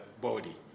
body